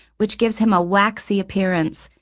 which gives him a waxy appearance.